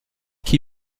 qui